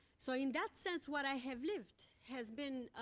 so, in that sense, what i have lived has been.